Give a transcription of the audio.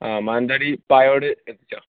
ആ മാനന്തവാടി പായോട് എത്തിച്ചോ